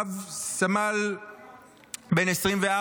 בן 24,